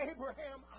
Abraham